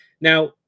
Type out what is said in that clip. Now